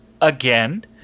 Again